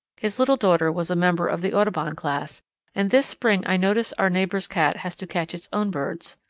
his little daughter was a member of the audubon class and this spring i notice our neighbour's cat has to catch its own birds.